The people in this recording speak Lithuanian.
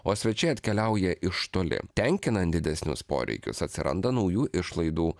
o svečiai atkeliauja iš toli tenkinan didesnius poreikius atsiranda naujų išlaidų